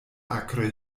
akre